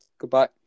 Goodbye